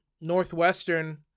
Northwestern